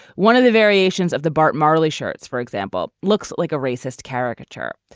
one of the variations of the bart marley shirts for example looks like a racist caricature.